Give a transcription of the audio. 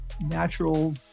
natural